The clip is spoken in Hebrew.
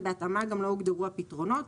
ובהתאמה גם לא הוגדרו הפתרונות.